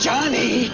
Johnny